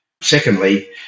Secondly